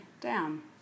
down